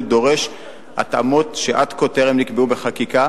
דורש התאמות שעד כה טרם נקבעו בחקיקה.